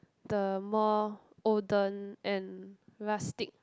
the more olden and rustic